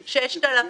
6,000,